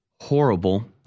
horrible